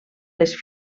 les